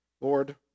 Lord